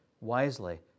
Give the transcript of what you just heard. wisely